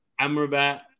Amrabat